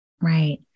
Right